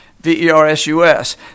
V-E-R-S-U-S